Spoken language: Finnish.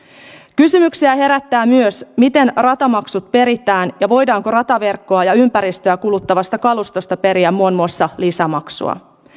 kysymyksiä herää myös siitä miten ratamaksut peritään ja voidaanko rataverkkoa ja ympäristöä kuluttavasta kalustosta periä muun muassa lisämaksua